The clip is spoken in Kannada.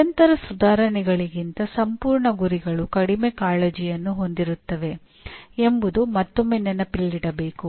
ನಿರಂತರ ಸುಧಾರಣೆಗಳಿಗಿಂತ ಸಂಪೂರ್ಣ ಗುರಿಗಳು ಕಡಿಮೆ ಕಾಳಜಿಯನ್ನು ಹೊಂದಿರುತ್ತವೆ ಎಂಬುದನ್ನು ಮತ್ತೊಮ್ಮೆ ನೆನಪಿನಲ್ಲಿಡಬೇಕು